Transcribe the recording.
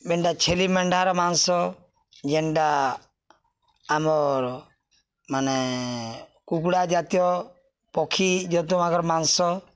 ମେଣ୍ଢା ଛେଲି ମେଣ୍ଢାର ମାଂସ ଯେନ୍ଟା ଆମର୍ ମାନେ କୁକୁଡ଼ା ଜାତୀୟ ପକ୍ଷୀ ଜନ୍ତୁମାନ୍କର୍ ମାଂସ